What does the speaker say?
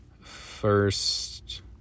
first